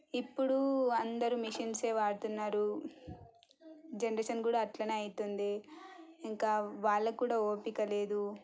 ఇప్పుడు అందరు మిషన్సే వాడుతున్నారు జనరేషన్ కూడా అట్లానే అవుతుంది ఇంకా వాళ్ళకు కూడా ఓపిక లేదు